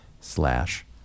slash